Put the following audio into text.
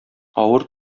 авыр